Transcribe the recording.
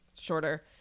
shorter